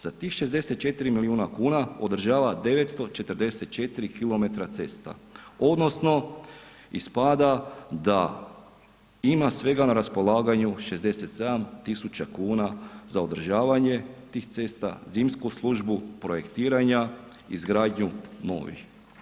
Sa tih 64 milijuna kuna održava 944 km cesta odnosno ispada da ima svega na raspolaganju 67 000 kuna za održavanje tih cesta, zimsku službu, projektiranja, izgradnju novih.